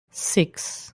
six